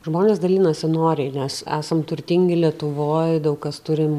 žmonės dalinasi noriai nes esam turtingi lietuvoj daug kas turim